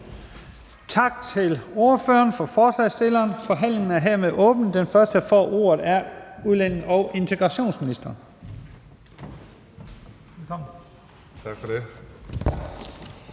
Tak til ordføreren for forslagsstillerne. Forhandlingen er hermed åbnet. Den første, der får ordet, er udlændinge- og integrationsministeren. Velkommen. Kl.